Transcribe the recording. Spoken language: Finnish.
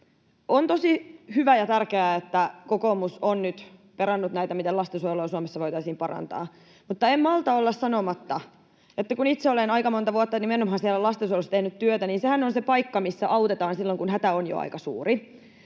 On tosi hyvä ja tärkeää, että kokoomus on nyt perannut näitä, miten lastensuojelua Suomessa voitaisiin parantaa, mutta en malta olla sanomatta, kun itse olen aika monta vuotta nimenomaan siellä lastensuojelussa tehnyt työtä, että sehän on se paikka, missä autetaan silloin, kun hätä on jo aika suuri,